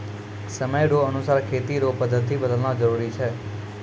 समय रो अनुसार खेती रो पद्धति बदलना जरुरी छै